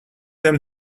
them